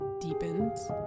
deepens